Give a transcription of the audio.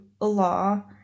Allah